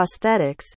prosthetics